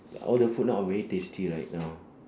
all the food not very tasty right now